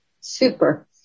Super